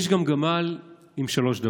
יש גם גמל עם שלוש דבשות.